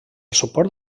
suport